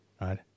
right